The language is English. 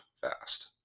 fast